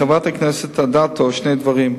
חברת הכנסת אדטו, שני דברים.